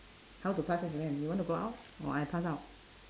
how to pass it to them you want to go out or I pass out